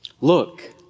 look